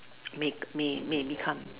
make may may become